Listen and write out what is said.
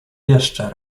jeszcze